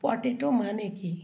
potato মানে কি